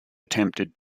attempted